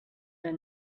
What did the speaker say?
than